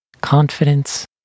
confidence